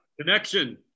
Connection